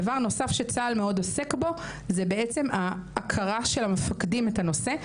דבר נוסף שצהל מאוד עוסק בו זה בעצם ההכרה של המפקדים בנושא.